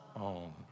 own